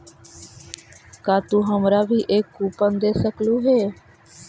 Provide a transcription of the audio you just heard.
का तू हमारा भी एक कूपन दे सकलू हे